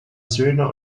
söhne